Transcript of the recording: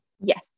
Yes